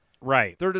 Right